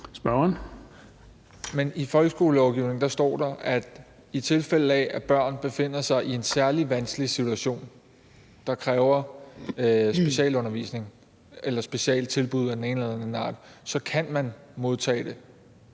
Mark (SF): Men i folkeskolelovgivningen står der: I tilfælde af at børn befinder sig i en særlig vanskelig situation, der kræver specialundervisning eller specialtilbud af den ene eller den anden art, så kan man modtage det